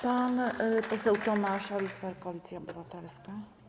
Pan poseł Tomasz Olichwer, Koalicja Obywatelska.